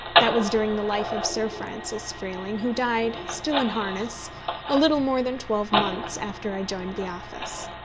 that was during the life of sir francis freeling, who died still in harness a little more than twelve months after i joined the office.